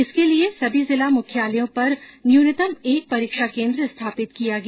इसके लिये सभी जिला मुख्यालयों पर न्यूनतम एक परीक्षा केन्द्र स्थापित किया गया